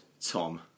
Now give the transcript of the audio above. Tom